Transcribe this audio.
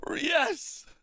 Yes